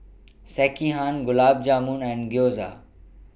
Sekihan Gulab Jamun and Gyoza